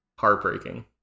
heartbreaking